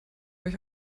euch